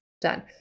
done